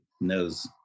knows